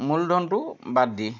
মূলধনটো বাদ দি